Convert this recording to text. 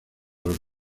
los